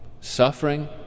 suffering